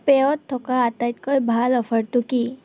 পেয়ত থকা আটাইতকৈ ভাল অফাৰটো কি